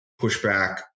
pushback